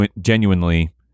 genuinely